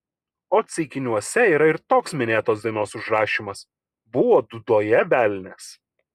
o ceikiniuose yra ir toks minėtos dainos užrašymas buvo dūdoje velnias